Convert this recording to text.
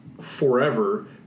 forever